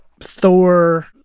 Thor